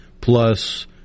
plus